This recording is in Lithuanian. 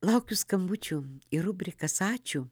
laukiu skambučių į rubrikas ačiū